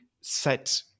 set